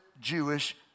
Jewish